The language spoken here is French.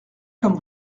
comme